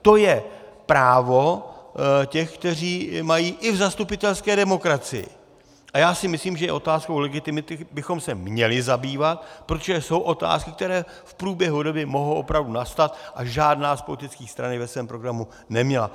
To je právo těch, kteří mají i v zastupitelské demokracii a já si myslím, že i otázkou legitimity bychom se měli zabývat, protože jsou otázky, které v průběhu doby mohou opravdu nastat, a žádná z politických stran je ve svém programu neměla.